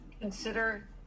consider